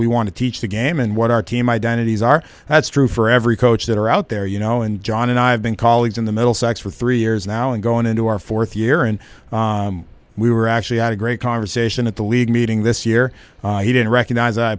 we want to teach the game and what our team identities are that's true for every coach that are out there you know and john and i have been colleagues in the middle sex for three years now and going into our fourth year and we were actually had a great conversation at the league meeting this year he didn't recognize i